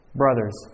brothers